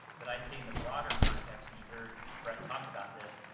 but i've seen the broader context, and you heard brett talk about this.